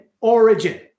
origin